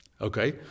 okay